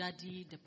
daddy